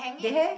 they have